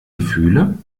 gefühle